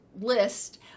list